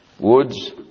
woods